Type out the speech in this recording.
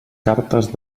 cartes